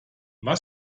was